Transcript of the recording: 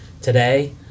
today